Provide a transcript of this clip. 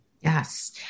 Yes